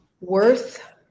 Worth